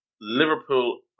Liverpool